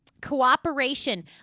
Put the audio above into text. cooperation